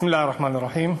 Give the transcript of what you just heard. בסם אללה א-רחמאן א-רחים.